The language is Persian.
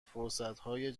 فرصتهای